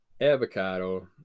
Avocado